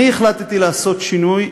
אני החלטתי לעשות שינוי,